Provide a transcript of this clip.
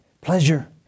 Pleasure